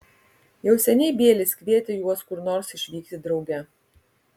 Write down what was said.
jau seniai bielis kvietė juos kur nors išvykti drauge